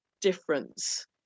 difference